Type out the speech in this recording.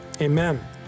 amen